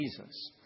Jesus